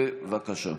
בבקשה.